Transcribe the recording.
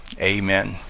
Amen